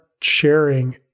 sharing